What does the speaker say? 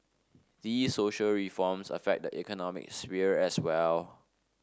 these social reforms affect the economic sphere as well